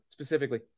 Specifically